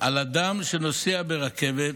על אדם שנוסע ברכבת